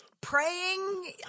praying